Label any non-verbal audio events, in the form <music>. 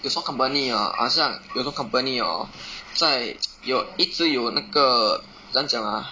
有什么 company orh 好像有什么 company hor 在 <noise> 有一直有那个怎样讲 ah